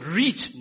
reach